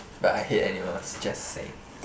but I hate animals just saying